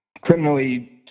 criminally